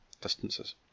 distances